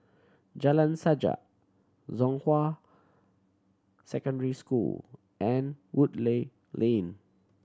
Jalan Sajak Zhonghua Secondary School and Woodleigh Lane